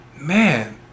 man